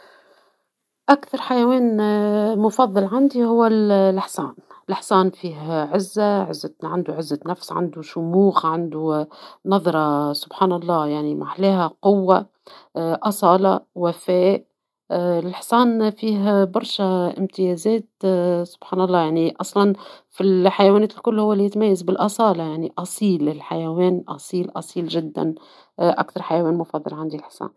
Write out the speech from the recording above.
أكثر حيوان المفضل عندي هو الحصان ، الحصان فيه عزة ، عندو عزة نفس عندو شموخ عندو نظرة سبحان الله يعني محلاها قوة أصالة وفاء ، الحصان فيه برشا امتيازات سبحان الله يعني أصلا في الحيوانات الكل هو لي يتميز بالأصالة يعني، يعني أصيل الحيوان ، أصيل جدا ، أكثر حيوان عندي مفضل الحصان